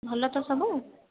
ଭଲ ତ ସବୁ